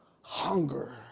hunger